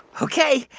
ok,